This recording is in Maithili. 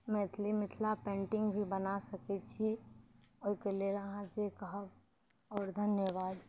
मैथिली मिथिला पेन्टिंग भी बना सकै छी ओइके लेल अहाँ जे कहब और धन्यवाद